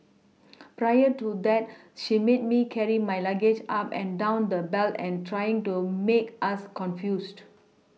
prior to that she made me carry my luggage up and down the belt and trying to make us confused